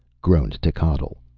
groaned techotl.